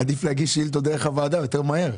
שמע, עדיף להגיש שאילתות דרך הוועדה, יותר מהר.